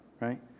right